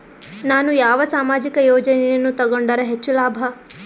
ನಾನು ಯಾವ ಸಾಮಾಜಿಕ ಯೋಜನೆಯನ್ನು ತಗೊಂಡರ ಹೆಚ್ಚು ಲಾಭ?